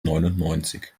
neunundneunzig